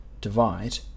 divide